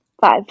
five